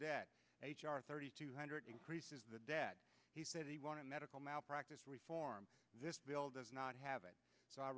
debt thirty two hundred increases the debt he said he wanted medical malpractise reform this bill does not have it so i